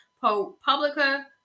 Publica